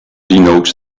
denotes